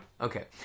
Okay